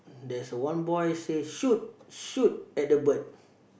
there's one boy say shoot shoot at the bird